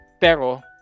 Pero